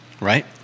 Right